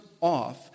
off